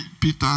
Peter